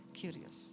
curious